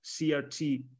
CRT